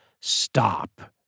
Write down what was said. stop